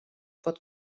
pot